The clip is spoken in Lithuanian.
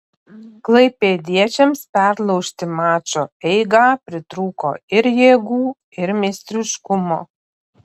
klaipėdiečiams perlaužti mačo eigą pritrūko ir jėgų ir meistriškumo